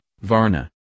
Varna